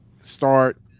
start